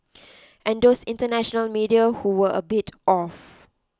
and those international media who were a bit off